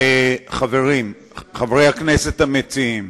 חברי הכנסת המציעים,